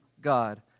God